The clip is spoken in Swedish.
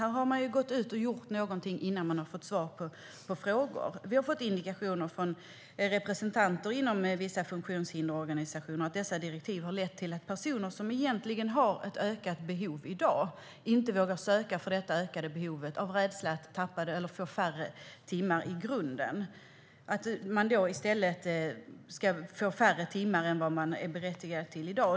Här har man gått ut och gjort någonting innan man har fått svar på frågor. Vi har fått indikationer från representanter inom vissa funktionshindersorganisationer på att dessa direktiv har lett till att personer som egentligen har ett ökat behov i dag inte vågar söka för det ökade behovet av rädsla för att få färre timmar i grunden. De är rädda att de då ska få färre timmar än vad de är berättigade till i dag.